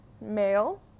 male